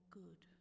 good